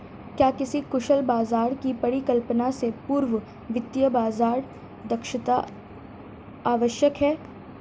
क्या किसी कुशल बाजार की परिकल्पना से पूर्व वित्तीय बाजार दक्षता आवश्यक है?